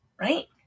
right